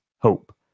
hope